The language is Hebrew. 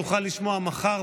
תוכל לשמוע מחר,